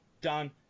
done